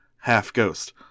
half-ghost